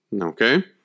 Okay